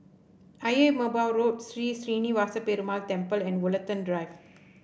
Ayer Merbau Road Sri Srinivasa Perumal Temple and Woollerton Drive